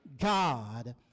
God